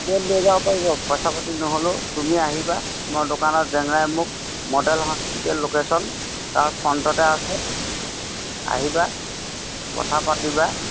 ক'ত লৈ যাব পাৰিব পইচা পাতি নহ'লেও তুমি আহিবা মৰ দোকানত জেংৰাই মুখ মডেল হস্পিটেল লোকেচন তাৰ ফ্ৰণ্টতে আছে আহিবা কথা পাতিবা